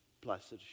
Blessed